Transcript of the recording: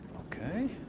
okay.